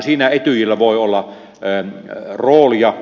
siinä etyjillä voi olla roolia